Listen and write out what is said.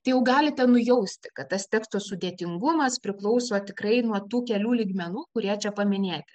tai jau galite nujausti kad tas tekstų sudėtingumas priklauso tikrai nuo tų kelių lygmenų kurie čia paminėti